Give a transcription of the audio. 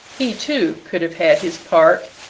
he, too, could have had his park,